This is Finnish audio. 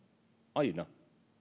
aina